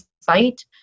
site